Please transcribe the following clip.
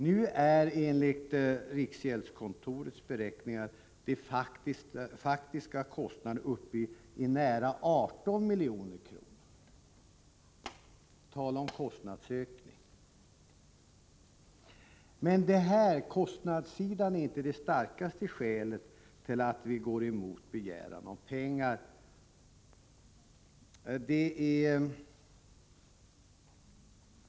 Nu är, enligt riksgäldskontorets beräkningar, de faktiska kostnaderna uppe i nära 18 milj.kr. Tala om kostnadsökning! Men kostnadsaspekten är inte det starkaste skälet till att vi går emot begäran om tilläggsanslag.